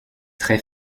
très